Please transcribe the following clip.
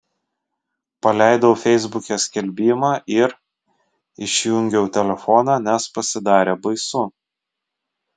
paleidau feisbuke skelbimą ir išjungiau telefoną nes pasidarė baisu